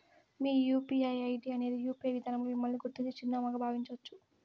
మీ UPI ID అనేది UPI విదానంల మిమ్మల్ని గుర్తించే చిరునామాగా బావించచ్చు